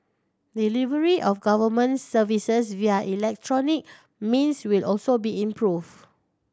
delivery of government services via electronic means will also be improved